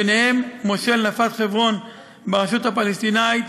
וביניהם מושל נפת חברון ברשות הפלסטינית,